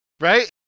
Right